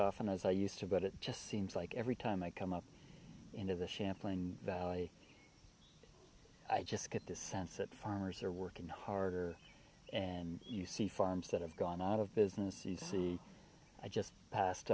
often as i used to but it just seems like every time i come up into the champlain valley i just get this sense that farmers are working harder and you see farms that have gone out of business you see i just passed